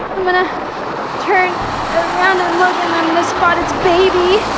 i'm going to turn around and look and i'm going to spot its baby.